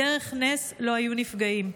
בדרך נס לא היו נפגעים.